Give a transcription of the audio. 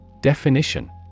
Definition